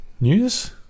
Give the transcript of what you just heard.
news